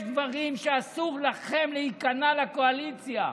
יש דברים שבהם אסור לכם להיכנע לקואליציה.